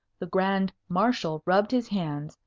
the grand marshal rubbed his hands,